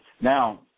Now